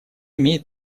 имеет